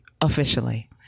officially